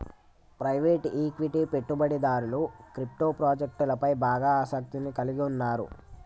private equity పెట్టుబడిదారులు crypto ప్రాజెక్టులపై బాగా ఆసక్తిని కలిగి ఉన్నరు